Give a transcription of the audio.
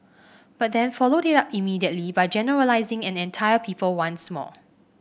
but then followed it up immediately by generalising an entire people once more